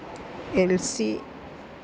Elsy